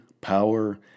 power